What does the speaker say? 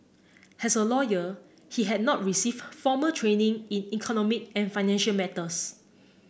as a lawyer he had not received formal training in economic and financial matters